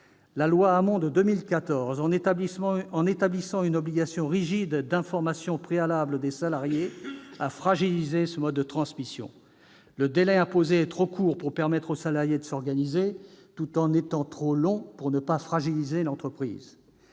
La loi Hamon de 2014, en établissant une obligation rigide d'information préalable des salariés, a fragilisé ce mode de transmission. Le délai imposé est trop court pour permettre aux salariés de s'organiser, tout en étant trop long pour ne pas fragiliser l'entreprise.